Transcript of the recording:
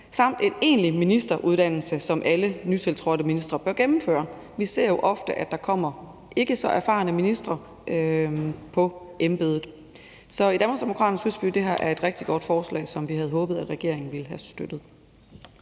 samt en egentlig ministeruddannelse, som alle nye tiltrådte ministre bør gennemføre. Vi ser jo ofte, at der kommer ikke så erfarne ministre på embedet. Så i Danmarksdemokraterne synes vi jo, at det her er et rigtig godt forslag, som vi havde håbet at regeringen ville have støttet.